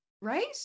right